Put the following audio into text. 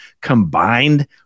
combined